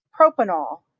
propanol